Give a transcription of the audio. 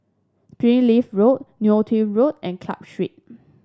Springleaf Road Neo Tiew Road and Club Street